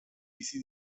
bizi